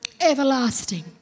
Everlasting